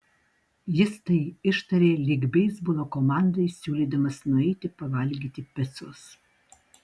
jis tai ištarė lyg beisbolo komandai siūlydamas nueiti pavalgyti picos